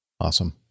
Awesome